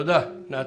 נתי.